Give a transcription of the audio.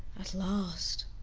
at last!